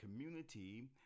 community